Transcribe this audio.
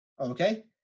Okay